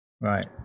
right